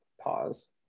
pause